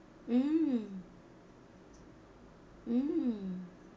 mm mm